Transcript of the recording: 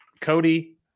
Cody